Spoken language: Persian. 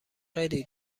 خیلی